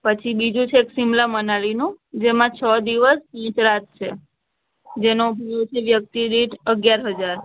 પછી બીજું છે એક શિમલા મનાલીનું જેમાં છ દિવસ પાંચ રાત છે જેનો ભાવ છે વ્યક્તિ દીઠ અગિયાર હજાર